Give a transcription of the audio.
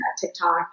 TikTok